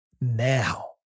Now